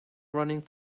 running